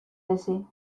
ese